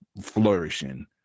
flourishing